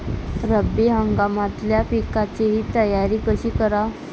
रब्बी हंगामातल्या पिकाइची तयारी कशी कराव?